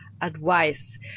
advice